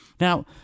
Now